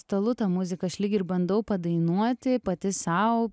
stalu ta muzika aš lyg ir bandau padainuoti pati sau